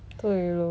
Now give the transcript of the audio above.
对 lor